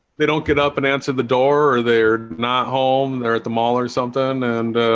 they don't get up and answer the door or they're not home they're at the mall or something and